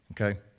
okay